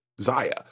Zaya